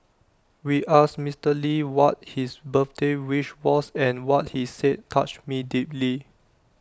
we asked Mister lee what his birthday wish was and what he said touched me deeply